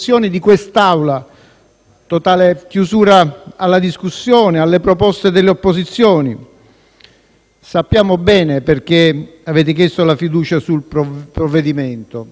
totale chiusura alla discussione e alle proposte delle opposizioni. Sappiamo bene perché avete chiesto la fiducia sul provvedimento: perché